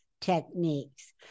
techniques